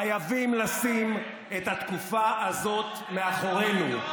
חייבים לשים את התקופה הזו מאחורינו.